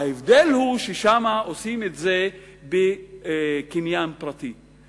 ההבדל הוא ששם עושים את זה בקניין פרטי.